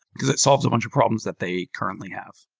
because it solves a bunch of problems that they currently have